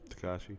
Takashi